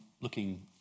looking